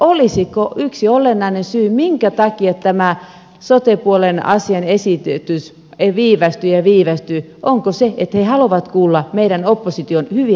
olisiko yksi olennainen syy minkä takia tämä sote puolen asian esitys viivästyy ja viivästyy se että he haluavat kuulla meidän opposition hyviä esityksiä